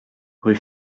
rue